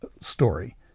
story